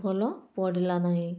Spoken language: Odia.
ଭଲ ପଡ଼ିଲା ନାହିଁ